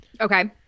Okay